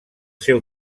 seu